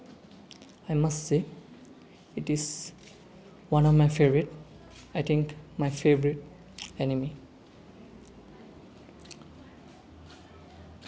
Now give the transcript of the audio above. I must say it is one of my favourite I think my favourite anime